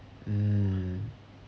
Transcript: mm